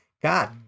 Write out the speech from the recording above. God